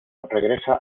regresa